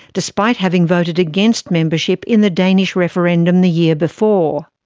despite having voted against membership in the danish referendum the year before.